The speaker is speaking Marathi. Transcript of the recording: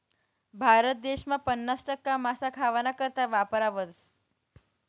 भारत देसमा पन्नास टक्का मासा खावाना करता वापरावतस